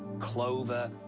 clover.